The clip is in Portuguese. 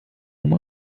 uma